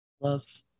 Love